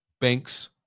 banks